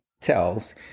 tells